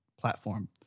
platform